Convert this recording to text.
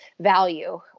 value